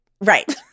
Right